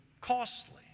costly